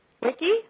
wiki